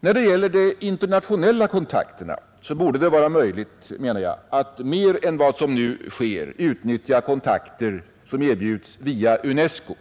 När det gäller de internationella kontakterna borde det vara möjligt att mera än vad som nu sker utnyttja kontakter som erbjuds via UNESCO.